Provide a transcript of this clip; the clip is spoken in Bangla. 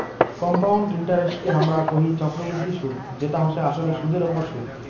কম্পাউন্ড ইন্টারেস্টকে হামরা কোহি চক্রবৃদ্ধি সুদ যেটা হসে আসলে সুদের ওপর সুদ